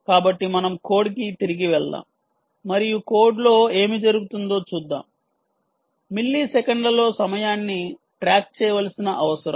కాబట్టి మనం కోడ్కి తిరిగి వెళ్దాం మరియు కోడ్లో ఏమి జరుగుతుందో చూద్దాం మిల్లీసెకన్లలో సమయాన్ని ట్రాక్ చేయవలసిన అవసరం